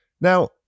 Now